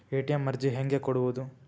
ATM ಅರ್ಜಿ ಹೆಂಗೆ ಕೊಡುವುದು?